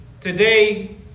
today